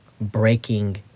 breaking